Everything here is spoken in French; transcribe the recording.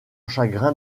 chagrin